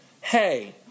Hey